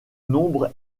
nombre